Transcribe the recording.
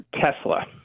Tesla